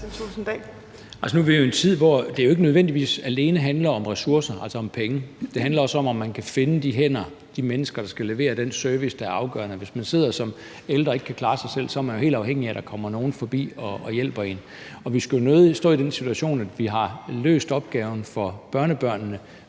(DF): Altså, nu er vi jo i en tid, hvor det ikke nødvendigvis alene handler om ressourcer, altså om penge; det handler også om, om man kan finde de hænder, de mennesker, der skal levere den service, der er afgørende. Hvis man sidder som ældre og ikke kan klare sig selv, er man jo helt afhængig af, at der kommer nogen forbi og hjælper en. Og vi skal jo nødig stå i den situation, hvor vi har løst opgaven for børnefamilier,